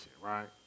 right